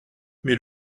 mais